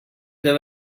fer